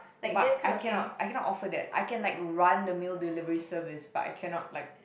but I cannot I cannot offer that I can like run the mail delivery service but I cannot like